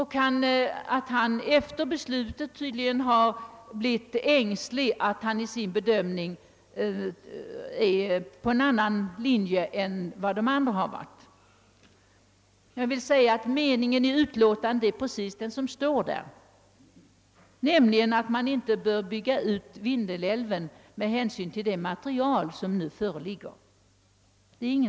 Han har tydligen efter det enhälliga utskottsbeslutet blivit ängslig och menar sig vara på en annan linje än vi andra. Jag vill säga, att meningen är precis den som står angiven i utlåtandet, nämligen att man inte bör bygga ut Vindelälven med hänsyn till det material som nu föreligger.